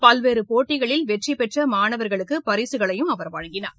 பல்வேறு போட்டிகளில் வெற்றி பெற்ற மாணவர்களுக்கு பரிசுகளையும் அவர் வழங்கினார்